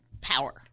power